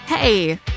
Hey